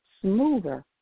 smoother